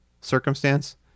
circumstance